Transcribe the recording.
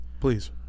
Please